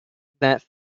that